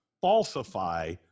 falsify